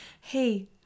hey